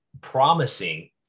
promising